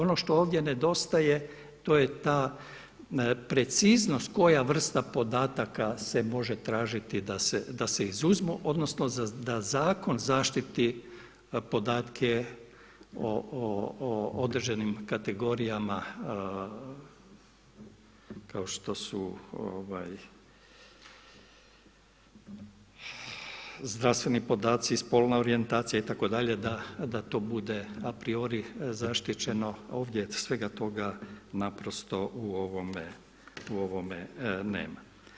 Ono što ovdje nedostaje to je ta preciznost koja vrsta podataka se može tražiti da se izuzmu odnosno da zakon zaštiti podatke o održanim kategorijama kao što su zdravstveni podaci, spolna orijentacija da to bude a priori zaštićeno, ovdje svega toga naprosto u ovome nema.